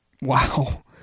Wow